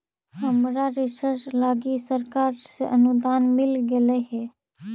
हमरा रिसर्च लागी सरकार से अनुदान मिल गेलई हे